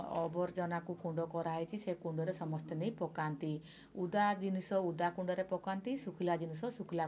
ଅବର୍ଜନାକୁ କୁଣ୍ଡ କରାହୋଇଛି ସେଇ କୁଣ୍ଡରେ ସମସ୍ତେ ନେଇ ପକାନ୍ତି ଉଦା ଜିନିଷ ଉଦା କୁଣ୍ଡରେ ପକାନ୍ତି ଶୁଖିଲା ଜିନିଷ ଶୁଖିଲା ଜିନିଷ ଶୁଖିଲା କୁଣ୍ଡରେ ପକାନ୍ତି